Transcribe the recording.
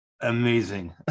amazing